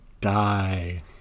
die